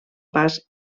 pas